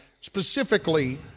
specifically